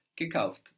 Gekauft